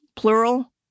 plural